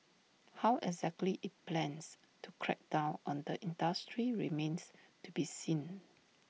how exactly IT plans to crack down on the industry remains to be seen